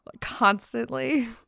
constantly